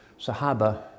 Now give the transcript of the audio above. Sahaba